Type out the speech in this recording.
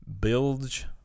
Bilge